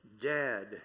dead